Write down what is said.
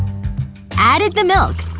added the milk.